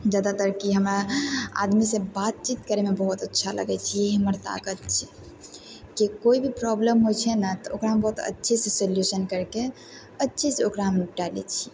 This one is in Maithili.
जादातर कि हमरा आदमीसँ बातचीत करयमे बहुत अच्छा लगय छै ई हमर ताकत छै जे कोइ भी प्रॉब्लम होइ छै ने तऽ ओकरा हम बहुत अच्छेसँ सॉल्यूशन करिके अच्छेसँ ओकरा हम निबटा लै छियै